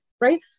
right